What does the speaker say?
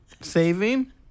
Saving